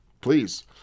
Please